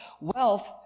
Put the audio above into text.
wealth